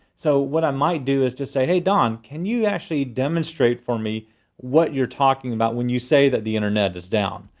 so what i might do is just say, hey don, can you actually demonstrate for me what you're talking talking about when you say that the internet is down?